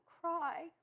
cry